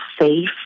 safe